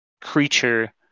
creature